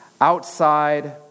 outside